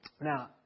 Now